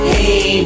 Hey